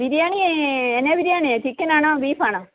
ബിരിയാണി എന്നാൽ ബിരിയാണിയാണ് ചിക്കനാണോ ബീഫാണോ